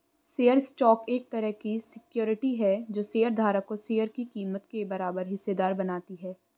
share stock एक तरह की सिक्योरिटी है जो शेयर धारक को शेयर की कीमत के बराबर हिस्सेदार बनाती है